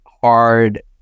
hard